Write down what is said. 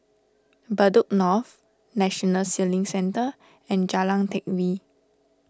Bedok North National Sailing Centre and Jalan Teck Whye